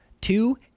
Two